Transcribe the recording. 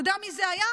אתה יודע מי זה היה?